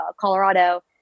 Colorado